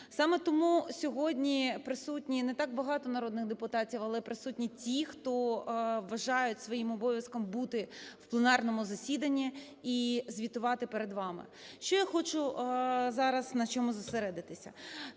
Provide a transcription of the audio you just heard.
Саме тому сьогодні присутні не так багато народних депутатів, але присутні ті, хто вважають своїм обов'язком бути в пленарному засіданні і звітувати перед вами. Що я хочу зараз, на чому зосередитися.